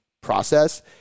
process